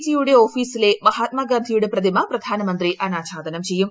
ജിയുടെ ഓഫീസിലെ മഹാത്മാഗ്യാ്സിയുടെ പ്രതിമ പ്രധാനമന്ത്രി അനാച്ഛാദനം ചെയ്യും